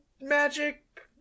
magic